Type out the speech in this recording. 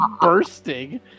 bursting